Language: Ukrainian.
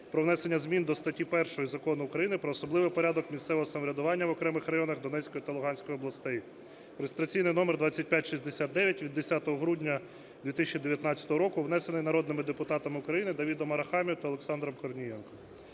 про внесення зміни до статті 1 Закону України "Про особливий порядок місцевого самоврядування в окремих районах Донецької та Луганської областей" (реєстраційний номер 2569) (від 10 грудня 2019 року), внесений народними депутатами України Давидом Арахамією та Олександром Корнієнком.